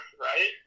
right